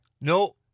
No